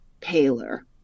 paler